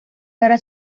cara